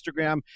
Instagram